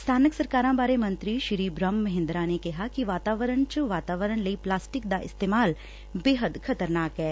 ਸਥਾਨਕ ਸਰਕਾਰਾਂ ਬਾਰੇ ਮੰਤਰੀ ਬ੍ਰਹਮ ਮਹਿੰਦਰਾ ਨੇ ਕਿਹਾ ਕਿ ਵਾਤਾਵਰਨ ਚ ਵਾਤਾਵਰਨ ਲਈ ਪਲਾਸਟਿਕ ਦਾ ਇਸਡੇਮਾਲ ਬੇਹੱਦ ਖ਼ਤਰਨਾਕ ਐ